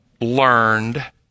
learned